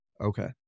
Okay